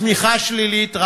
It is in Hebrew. הצמיחה שלילית,